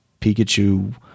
Pikachu